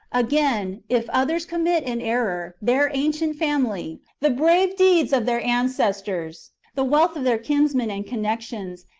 again, if others commit an error, their ancient family, the brave deeds of their ancestors, the wealth of their kinsmen and connections,